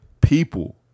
people